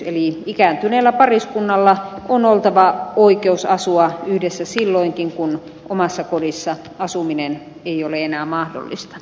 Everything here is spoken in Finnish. eli ikääntyneellä pariskunnalla on oltava oikeus asua yhdessä silloinkin kun omassa kodissa asuminen ei ole enää mahdollista